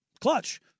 Clutch